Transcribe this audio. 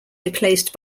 replaced